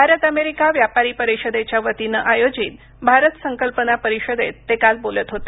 Bharat America व्यापारी परिषदेच्या वतीनं आयोजित भारत संकल्पना परिषदेत ते काल बोलत होते